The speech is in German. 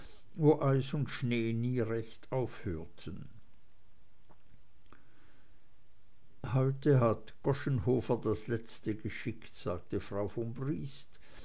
wo eis und schnee nie recht aufhörten heute hat goschenhofer das letzte geschickt sagte frau von briest